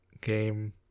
game